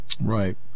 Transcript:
Right